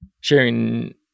sharing